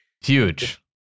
Huge